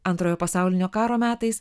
antrojo pasaulinio karo metais